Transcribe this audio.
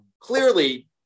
clearly